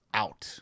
out